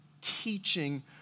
teaching